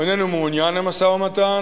הוא איננו מעוניין במשא-ומתן,